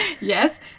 Yes